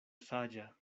saĝa